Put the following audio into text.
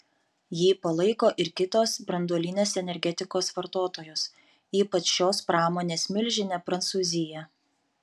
jį palaiko ir kitos branduolinės energetikos vartotojos ypač šios pramonės milžinė prancūzija